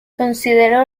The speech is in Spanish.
consideró